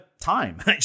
time